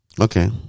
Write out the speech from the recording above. okay